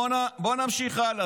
בוא נמשיך הלאה.